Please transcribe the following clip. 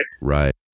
Right